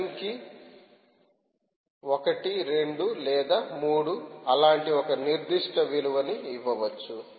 n కి 1 2 లేదా 3 అలాంటి ఒక నిర్దిష్ట విలువ ని ఇవ్వవచ్చు